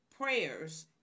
prayers